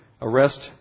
arrest